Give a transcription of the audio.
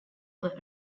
were